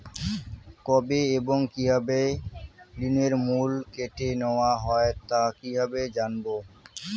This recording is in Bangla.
কবে এবং কিভাবে ঋণের মূল্য কেটে নেওয়া হয় তা কিভাবে জানবো?